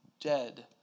dead